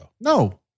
No